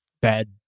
bad